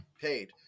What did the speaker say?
paid